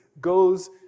goes